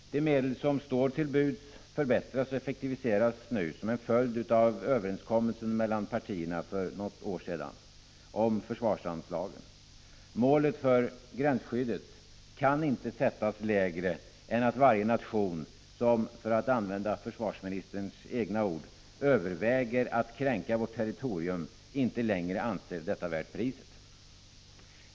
De medel som står till buds förbättras och effektiviseras nu som en följd av den överenskommelse om försvarsanslagen som träffades mellan partierna för något år sedan. Målet för gränsskyddet kan inte sättas lägre än att varje nation som, för att använda försvarsministerns egna ord, överväger att kränka vårt territorium inte längre skall anse detta värt priset.